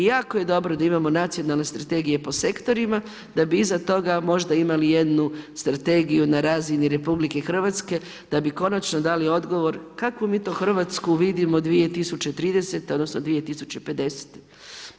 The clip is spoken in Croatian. Jako je dobro da imamo nacionalne strategije po sektorima, da bi iza toga možda imali jednu strategiju na razini RH, da bi konačno dali odgovor kakvu mi to Hrvatsku vidimo 2030., odnosno 2050. godine.